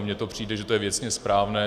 Mně to přijde, že je to věcně správné.